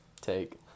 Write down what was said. take